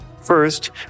First